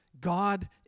God